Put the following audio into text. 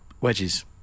wedges